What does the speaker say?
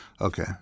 Okay